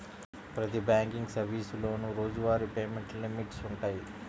ప్రతి బ్యాంకింగ్ సర్వీసులోనూ రోజువారీ పేమెంట్ లిమిట్స్ వుంటయ్యి